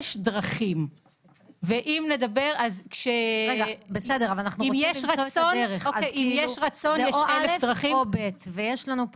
יש דרכים ואם נדבר אז אם יש רצון אז אלף דרכים.